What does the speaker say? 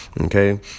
Okay